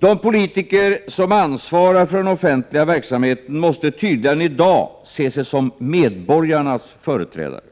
De politiker som ansvarar för den offentliga verksamheten måste tydligare äni dag se sig som medborgarnas företrädare.